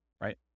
right